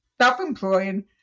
self-employed